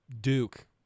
Duke